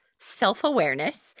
self-awareness